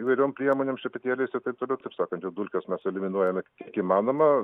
įvairiom priemonėm šepetėliais ir taip toliau ir taip sakant jau dulkes mes eliminuojame kiek įmanoma